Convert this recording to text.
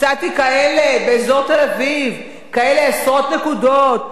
מצאתי כאלה באזור תל-אביב, כאלה עשרות נקודות.